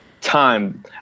time